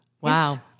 Wow